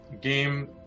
game